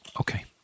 Okay